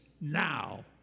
now